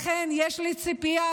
לכן יש לי ציפייה,